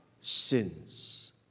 sins